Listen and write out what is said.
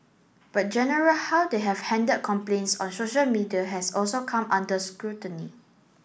but general how they have handled complaints on social media has also come under scrutiny